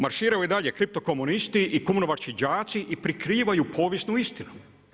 Marširaju i dalje kriptokomunisti i kumrovački džaci i prikrivaju povijesnu istinu.